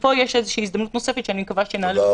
ופה יש איזושהי הזדמנות נוספת שאני מקווה שאנחנו נעלה,